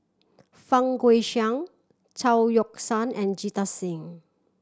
Fang Guixiang Chao Yoke San and Jita Singh